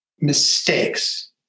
mistakes